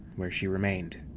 where she remained.